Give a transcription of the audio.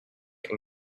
and